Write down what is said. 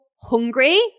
hungry